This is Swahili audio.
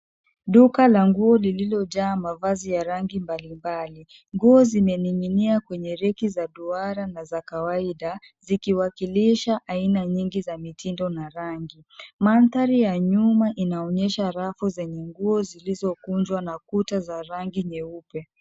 Duka la nguo lililo jaa mavazi ya rangi mbali mbali nguo zimening'inia kwenye reki za duara na za kawaida zikiwakilisha aina nyingi za mitindo na rangi mandhari ya nyuma anaonyesha rafu zenye nguo zilizokunjwa na kuta za rangi nyeupe.